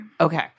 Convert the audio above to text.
Okay